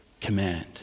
command